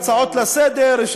הצעות לסדר-היום,